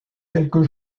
quelques